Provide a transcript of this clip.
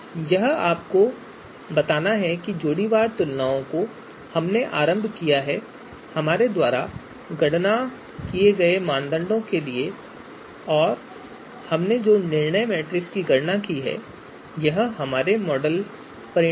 यह आपको बताना है कि जोड़ीवार तुलनाओं को हमने आरंभ किया है हमारे द्वारा गणना किए गए मानदंडों के लिए भार और हमने जो निर्णय मैट्रिक्स की गणना की है यह हमारे मॉडल परिणाम हैं